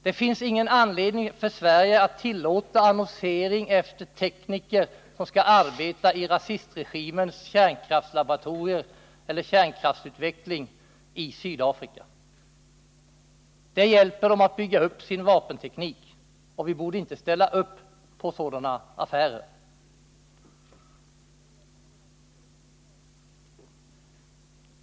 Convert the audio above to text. Det finns ingen anledning för Sverige att tillåta annonsering efter tekniker som skall arbeta i rasistregimens kärnkraftslaboratorier eller med kärnkraftsutveckling i Sydafrika. Det hjälper den att bygga upp sin vapenteknik, och vi borde inte ställa upp på sådana affärer.